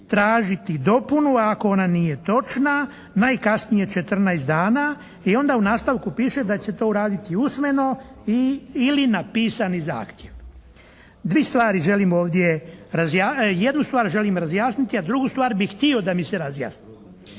tražiti dopunu, a ako nije točna najkasnije 14 dana i onda u nastavku piše da će to uraditi usmeno ili na pisani zahtjev. Jednu stvar želim razjasniti, a drugu stvar bih htio da mi se razjasni.